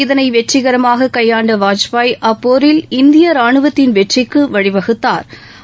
இதனை வெற்றிகரமாக கைபாண்ட வாஜ்பாய் அப்போரில் இந்திய ராணுவத்தின் வெற்றிக்கு வழிவகுத்தாா்